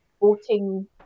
voting